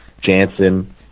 Jansen